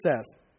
says